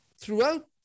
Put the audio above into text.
throughout